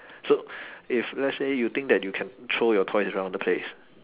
so if let's say you think that you can throw your toys around the place